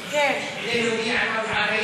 ידוע.